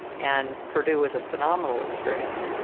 and purdue was a phenomenal experience.